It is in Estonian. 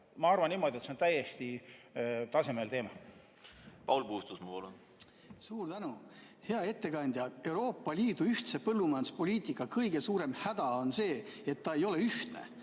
Ma arvan niimoodi, et see on täiesti tasemel teema. Paul Puustusmaa, palun! Suur tänu! Hea ettekandja! Euroopa Liidu ühtse põllumajanduspoliitika kõige suurem häda on see, et ta ei ole ühtne.